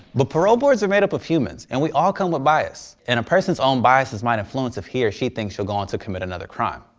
but parole boards are made up of humans and we all come with bias. and a person's own biases might influence if he or she thinks you'll go on to commit another crime.